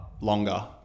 longer